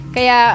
Kaya